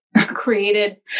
created